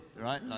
right